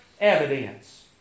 evidence